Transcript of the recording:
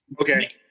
Okay